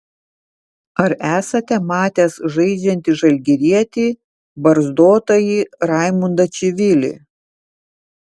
ar esate matęs žaidžiantį žalgirietį barzdotąjį raimundą čivilį